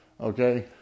Okay